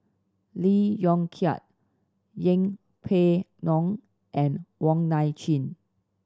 Lee Yong Kiat Yeng Pway Ngon and Wong Nai Chin